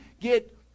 get